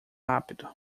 rápido